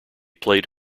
played